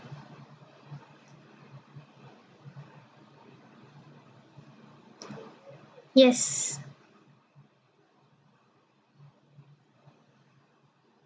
yes